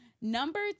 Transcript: number